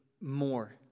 more